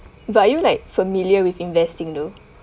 but you like familiar with investing though